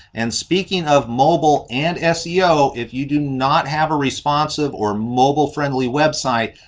and speaking of mobile and seo, if you do not have a responsive or mobile friendly website.